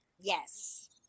yes